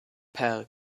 per